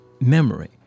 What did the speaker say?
memory